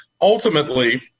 ultimately